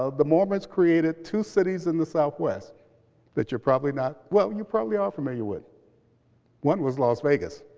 ah the mormons created two cities in the southwest that you're probably not well, you probably are familiar with one was las vegas.